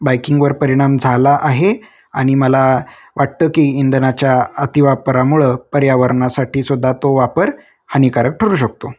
बाईकिंगवर परिणाम झाला आहे आणि मला वाटतं की इंधनाच्या अतिवापरामुळं पर्यावरणासाठीसुद्धा तो वापर हानीकारक ठरू शकतो